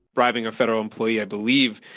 bribing a federal employee, i believe,